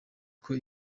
kuko